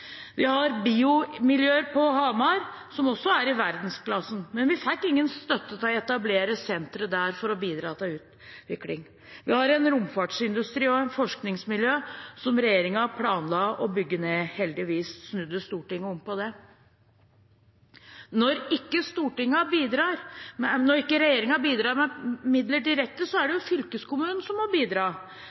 Vi har biomiljøer på Hamar, som også er i verdensklasse, men vi fikk ingen støtte til å etablere senter der for å bidra til utvikling. Vi har en romfartsindustri og et forskningsmiljø som regjeringen planla å bygge ned. Heldigvis snudde Stortinget om på det. Når regjeringen ikke bidrar med midler direkte, er det fylkeskommunen som må bidra.